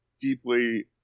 deeply